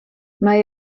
mae